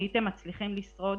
הייתם מצליחים לשרוד?